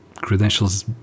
credentials